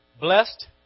blessed